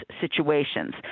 situations